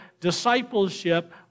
discipleship